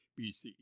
BCE